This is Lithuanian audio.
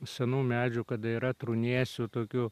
senų medžių kada yra trūnėsių tokių